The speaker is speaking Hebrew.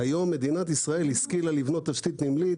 היום מדינת ישראל השכילה לבנות תשתית נמלית